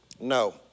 no